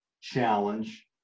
challenge